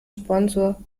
sponsor